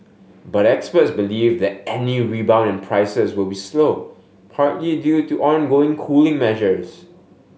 but experts believe that any rebound in prices will be slow partly due to ongoing cooling measures